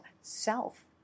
self